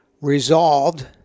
resolved